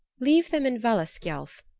leave them in valaskjalf,